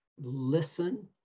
listen